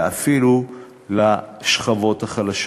ואפילו לשכבות החלשות,